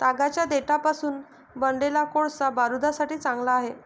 तागाच्या देठापासून बनवलेला कोळसा बारूदासाठी चांगला आहे